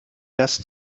das